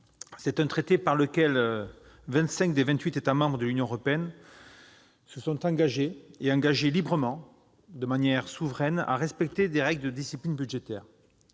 Par ce traité, vingt-cinq des vingt-huit États membres de l'Union européenne se sont engagés, et engagés librement, de manière souveraine, à respecter des règles de discipline budgétaire.